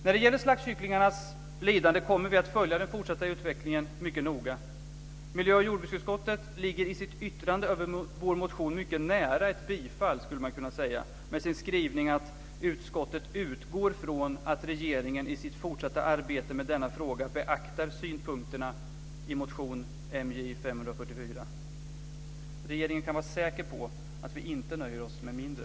När det gäller slaktkycklingarnas lidande kommer vi att följa den fortsatta utvecklingen mycket noga. Miljö och jordbruksutskottet ligger i sitt yttrande över vår motion mycket nära ett bifall, skulle man kunna säga, med sin skrivning att utskottet utgår från att regeringen i sitt fortsatta arbete med denna fråga beaktar synpunkterna i motion MJ544. Regeringen kan vara säker på att vi inte nöjer oss med mindre.